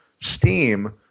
steam